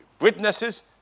witnesses